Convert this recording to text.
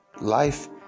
Life